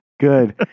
Good